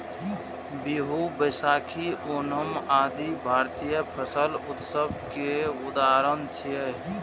बीहू, बैशाखी, ओणम आदि भारतीय फसल उत्सव के उदाहरण छियै